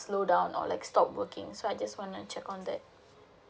slow down or like stop working so I just wanna check on that